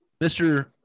Mr